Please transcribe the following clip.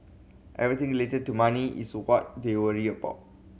everything related to money is what they worry about